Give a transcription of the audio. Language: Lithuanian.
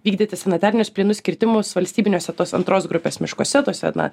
vykdyti sanitarinius plynus kirtimus valstybiniuose tos antros grupės miškuose tuose na